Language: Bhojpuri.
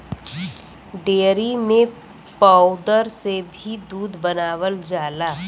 डेयरी में पौउदर से भी दूध बनावल जाला